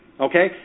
Okay